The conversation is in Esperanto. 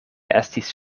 estis